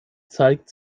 zeigt